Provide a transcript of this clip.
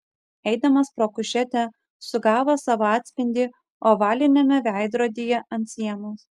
eidamas pro kušetę sugavo savo atspindį ovaliniame veidrodyje ant sienos